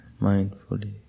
mindfully